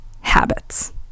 habits